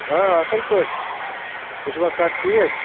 اَصٕل پٲٹھۍ چھِ تُہۍ چھُوا سَر ٹھیٖک